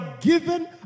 given